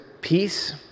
peace